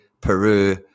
Peru